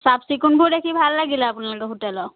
চাফ চিকুণবোৰ দেখি ভাল লাগিলে আপোনালোকৰ হোটেলৰ